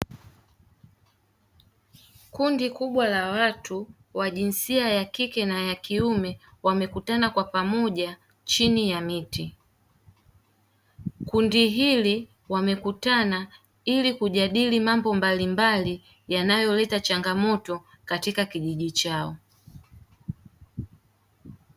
Kundi kubwa la watu wa jinsia ya kike na ya kiume wamekutana kwa pamoja chini ya mti. Kundi hili wamekutana ili kujadili mambo mbalimbali yanayoleta changamoto katika kijiji chao.